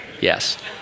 Yes